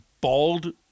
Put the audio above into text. bald